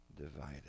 divided